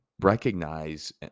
recognize